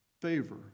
favor